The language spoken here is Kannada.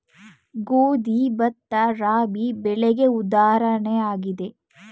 ಗೋಧಿ, ಭತ್ತ, ರಾಬಿ ಬೆಳೆಗೆ ಉದಾಹರಣೆಯಾಗಿದೆ